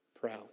proud